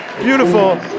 beautiful